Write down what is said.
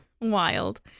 Wild